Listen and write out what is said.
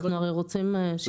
הרי אנחנו הרי רוצים ---.